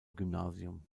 gymnasium